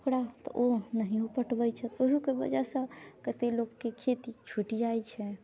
ओकरा तऽ ओ नहियो पटबै छथि ओहियोके वजहसँ कते लोकके खेती छुटि जाइ छै